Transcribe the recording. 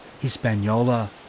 Hispaniola